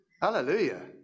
Hallelujah